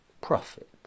profit